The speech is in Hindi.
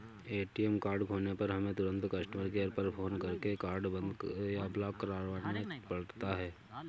ए.टी.एम कार्ड खोने पर हमें तुरंत कस्टमर केयर पर फ़ोन करके कार्ड बंद या ब्लॉक करवाना पड़ता है